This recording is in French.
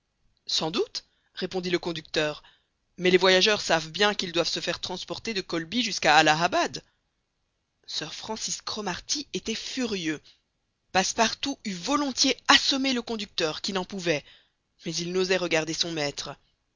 sans doute répondit le conducteur mais les voyageurs savent bien qu'ils doivent se faire transporter de kholby jusqu'à allahabad sir francis cromarty était furieux passepartout eût volontiers assommé le conducteur qui n'en pouvait mais il n'osait regarder son maître